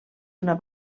una